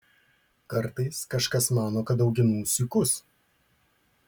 kartais kažkas mano kad auginu ūsiukus